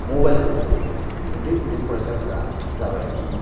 मबेलखौ उन्दै उन्दै फरायसाफोरा जाबायदि